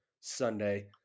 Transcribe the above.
Sunday